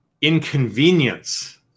inconvenience